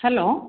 hello